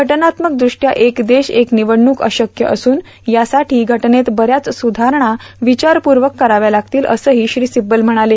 घटनात्मकदृष्टया एक देश एक निवडणूक अशक्य असून यासाठी घटनेत बऱ्याच स्रुधारणा विचारपूर्वक कराव्या लागतील असंही श्री सिब्बल म्हणाले